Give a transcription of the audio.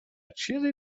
چیزی